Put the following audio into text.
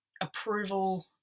approval